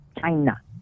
China